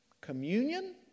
Communion